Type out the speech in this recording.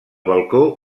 balcó